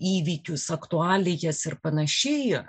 įvykius aktualijas ir panašiai